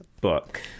book